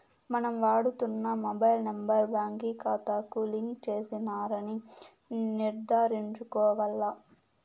మనం వాడుతున్న mobile number బాంకీ కాతాకు లింక్ చేసినారని నిర్ధారించుకోవాల్ల